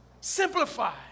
Simplify